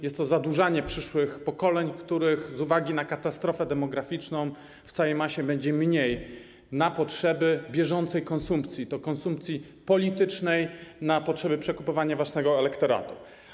Jest to zadłużanie przyszłych pokoleń, których z uwagi na katastrofę demograficzną w całej masie będzie mniej, na potrzeby bieżącej konsumpcji politycznej, na potrzeby przekupywania własnego elektoratu.